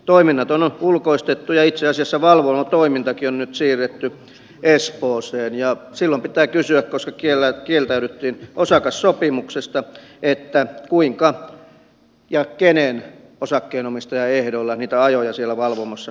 toiminnathan on ulkoistettu ja itse asiassa valvomotoimintakin on nyt siirretty espooseen ja silloin pitää kysyä koska kieltäydyttiin osakassopimuksesta kuinka ja kenen osakkeenomistajan ehdoilla niitä ajoja siellä valvomossa jatkossa tehdään